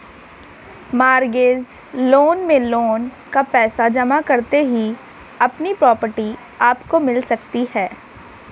mortgage loan में loan का पैसा जमा करते ही अपनी प्रॉपर्टी आपको मिल सकती है